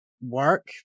work